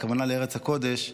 הכוונה לארץ הקודש,